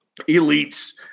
elites